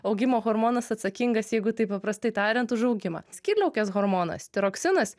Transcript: augimo hormonas atsakingas jeigu taip paprastai tariant už augimą skydliaukės hormonas tiroksinas